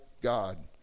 God